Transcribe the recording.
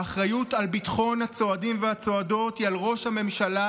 האחריות לביטחון הצועדים והצועדות היא על ראש הממשלה,